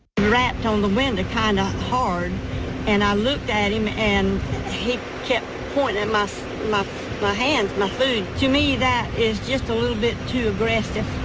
raps on the window kind of hard and i looked at him and he kept pointing in ah my my hand, my food. to me that is just a litle bit too aggressive.